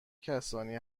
کسانی